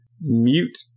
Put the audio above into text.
mute